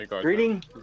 Greetings